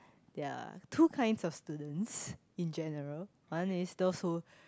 ya two kind of students in general one is those who